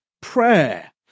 prayer